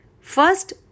First